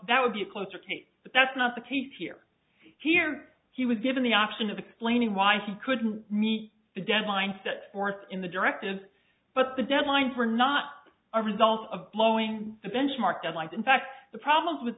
that will be a closer case but that's not the case here here he was given the option of explaining why he couldn't meet the deadline set forth in the directive but the deadline for not a result of blowing a benchmark that like in fact the problems with